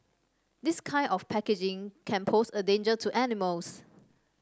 this kind of packaging can pose a danger to animals